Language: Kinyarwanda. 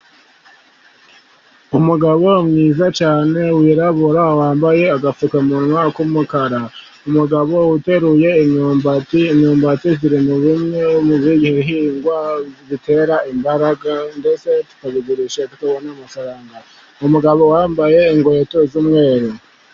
Umugabo mwiza cyane wirabura, wambaye agapfukamunwa kumukara, umugabo uteruye imyumbati. Imyumbati ziri mu bimwe mu bihingwa bitera imbaraga ndetse tukabigusha, umugabo wambaye inkweto z'umweru.